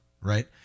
right